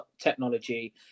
technology